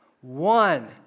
One